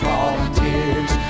Volunteers